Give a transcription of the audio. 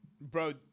Bro